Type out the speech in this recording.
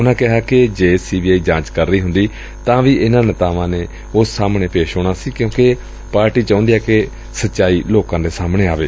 ਉਨੂਾ ਕਿਹਾ ਕਿ ਜੇ ਸੀ ਬੀ ਆਈ ਜਾਚ ਕਰ ਰਹੀ ਹੁੰਦੀ ਤਾਂ ਇਨ੍ਹਾਂ ਨੇਤਾਵਾਂ ਨੇ ਉਸ ਸਾਹਮਣੇ ਵੀ ਪੇਸ਼ ਹੋਣਾ ਸੀ ਕਿੱਉਂਕਿ ਪਾਰਟੀ ਚਾਹੁੰਦੀ ਏ ਸਚਾਈ ਲੋਕਾਂ ਦੇ ਸਾਹਮਣੇ ਆਵੇ